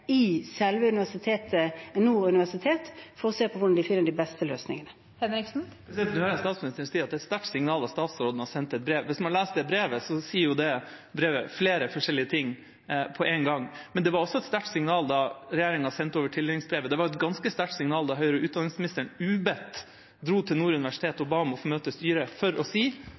i selve universitetet, i Nord universitet, for å se på hvordan de finner de beste løsningene. Martin Henriksen – til oppfølgingsspørsmål. Nå hører jeg statsministeren si at det er et sterkt signal at statsråden har sendt et brev. Hvis man leser det brevet, sier brevet flere forskjellige ting på én gang. Men det var også et sterkt signal da regjeringa sendte over tildelingsbrevet. Det var et ganske sterkt signal da høyere utdanningsministeren – ubedt – dro til Nord universitet og ba om å få møte styret for å si